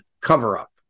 cover-up